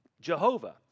Jehovah